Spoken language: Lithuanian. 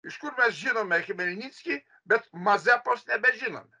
iš kur mes žinome chmelnickį bet mazepos nebežinome